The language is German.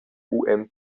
umts